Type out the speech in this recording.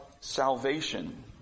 salvation